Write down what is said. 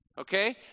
Okay